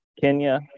Kenya